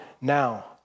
now